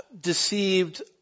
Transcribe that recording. deceived